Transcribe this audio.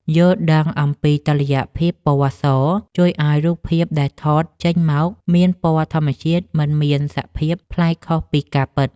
យល់ដឹងអំពីតុល្យភាពពណ៌សជួយឱ្យរូបភាពដែលថតចេញមកមានពណ៌ធម្មជាតិមិនមានសភាពប្លែកខុសពីការពិត។